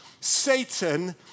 Satan